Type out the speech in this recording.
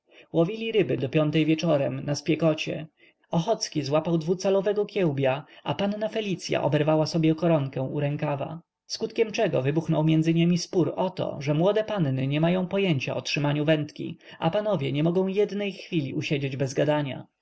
łowili ryby do piątej wieczorem na spiekocie gdyż dzień był gorący ochocki złapał dwucalowego kiełbia a panna felicya oberwała sobie koronkę u rękawa skutkiem czego wybuchnął między niemi spór o to że młode panny nie mają pojęcia o trzymaniu wędki a panowie nie mogą jednej chwili usiedzieć bez gadania